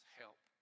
help